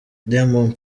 diamond